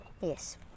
Yes